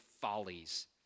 follies